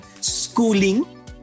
schooling